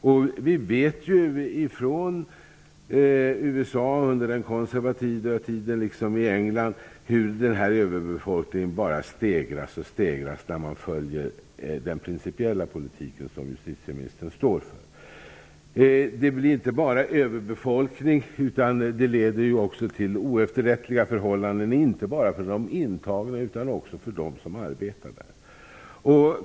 Vi vet utifrån kunskap om förhållandena i USA under den konservativa tiden och förhållandena i England att överbeläggningen bara stegras och stegras när man följer de principer som justitieministern står för. Det blir inte bara överbeläggning, utan det leder också till oefterrättliga förhållanden inte bara för de intagna utan också för dem som arbetar på fängelserna.